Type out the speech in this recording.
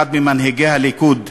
אחד ממנהיגי הליכוד,